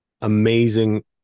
amazing